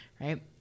right